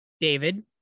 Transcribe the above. David